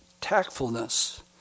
tactfulness